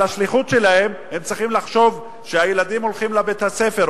השליחות שלהם הם צריכים לחשוב: כשהילדים הולכים לבית-הספר,